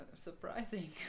surprising